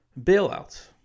bailouts